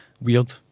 weird